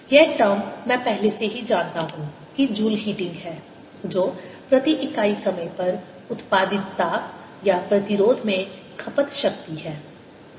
ϵItLIdIdtRI2 यह टर्म मैं पहले से ही जानता हूं कि जूल हीटिंग है जो प्रति इकाई समय पर उत्पादित ताप या प्रतिरोध में खपत शक्ति है